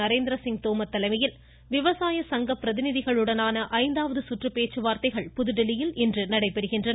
நரேந்திரசிங் தோமர் தலைமையில் விவசாய சங்க பிரதிநிதிகளுடனான ஐந்தாவது சுற்று பேச்சுவார்த்தைகள் புதுதில்லியில் இன்று நடைபெறுகின்றன